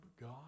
God